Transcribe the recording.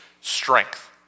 strength